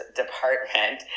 department